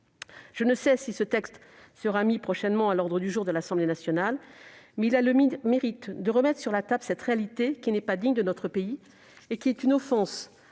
Je ne sais si ce texte sera inscrit prochainement à l'ordre du jour de l'Assemblée nationale, mais il a le mérite de remettre sur la table cette réalité qui n'est pas digne de notre pays et qui est une offense